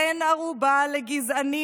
בן ערובה לגזענים,